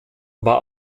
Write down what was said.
war